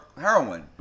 heroin